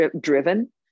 driven